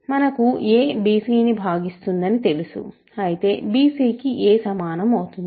మనకు a bc ని భాగిస్తుందని తెలుసు అయితే bc కి a సమానం అవుతుంది